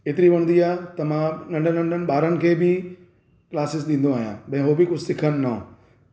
एतिरी वणंदी आहे त मां नंढनि नंढनि ॿारनि खे बि क्लासिस ॾींदो आहियां भाई उहो बि कुझु सिखणु नओं